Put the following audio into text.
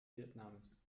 vietnams